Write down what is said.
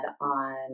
on